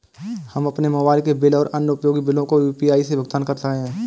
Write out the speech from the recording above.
हम अपने मोबाइल के बिल और अन्य उपयोगी बिलों को यू.पी.आई से भुगतान कर रहे हैं